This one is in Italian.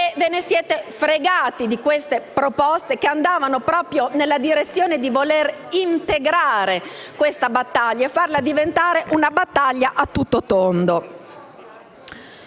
e ve ne siete fregati di queste proposte che andavano proprio nella direzione di voler integrare questa battaglia e farla diventare a tutto tondo.